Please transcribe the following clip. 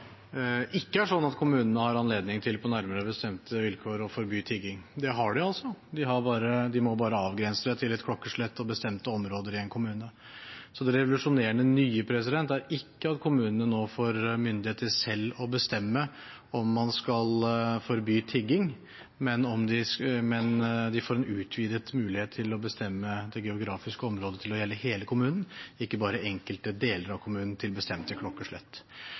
ikke er slik at kommunene har anledning til på nærmere bestemte vilkår å forby tigging. Det har de – de må bare avgrense det til et klokkeslett og til bestemte områder i en kommune. Så det revolusjonerende nye er ikke at kommunene nå får myndighet til selv å bestemme om man skal forby tigging, men de får en utvidet mulighet til å bestemme det geografiske området til å gjelde hele kommunen, ikke bare enkelte deler av kommunen, til bestemte klokkeslett.